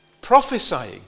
prophesying